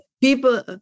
People